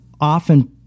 often